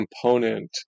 component